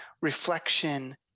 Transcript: reflection